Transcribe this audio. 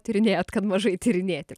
tyrinėjat kad mažai tyrinėti